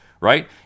right